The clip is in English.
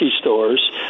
stores